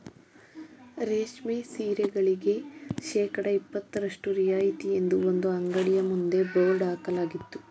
ರೇಷ್ಮೆ ಸೀರೆಗಳಿಗೆ ಶೇಕಡಾ ಇಪತ್ತರಷ್ಟು ರಿಯಾಯಿತಿ ಎಂದು ಒಂದು ಅಂಗಡಿಯ ಮುಂದೆ ಬೋರ್ಡ್ ಹಾಕಲಾಗಿತ್ತು